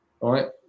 right